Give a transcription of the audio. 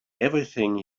everything